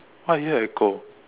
why I hear echo